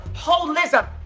holism